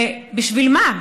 ובשביל מה?